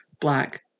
black